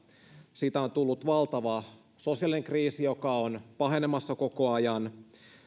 siitä on tullut valtava sosiaalinen kriisi joka on pahenemassa koko ajan